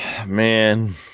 man